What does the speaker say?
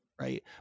Right